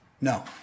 No